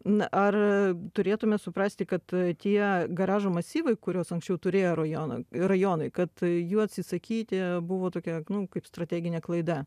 na ar turėtume suprasti kad tie garažų masyvai kuriuos anksčiau turėjo rajonai rajonai kad jų atsisakyti buvo tokia nu kaip strateginė klaida